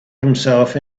himself